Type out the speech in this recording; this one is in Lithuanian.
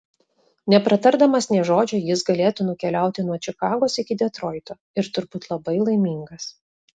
nepratardamas nė žodžio jis galėtų nukeliauti nuo čikagos iki detroito ir turbūt labai laimingas